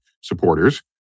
supporters